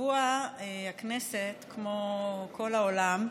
השבוע הכנסת, כמו כל העולם,